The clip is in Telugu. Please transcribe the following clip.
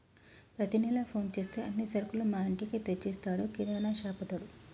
ప్రతి నెల ఫోన్ చేస్తే అన్ని సరుకులు మా ఇంటికే తెచ్చిస్తాడు కిరాణాషాపతడు